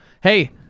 hey